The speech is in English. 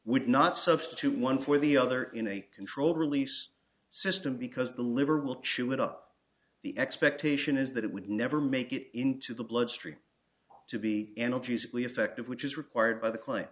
would not substitute one for the other in a controlled release system because the liver will chew it up the expectation is that it would never make it into the bloodstream to be analgesic lee effective which is required by the client